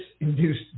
induced